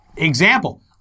Example